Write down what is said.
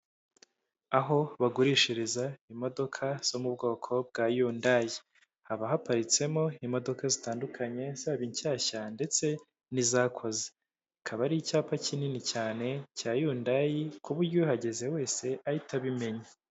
Aho bagurishiriza imodoka zo mu bwoko bwa Yundayi. Haba haparitsemo imodoka zitandukanye, zaba inshyashya ndetse n'izakoze. Akaba ari icyapa kinini cyane cya Yundayi ku buryo uhageze wese ahita abimenya.